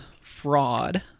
fraud